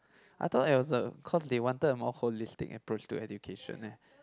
I thought it was a cause they wanted a more holistic approach to education eh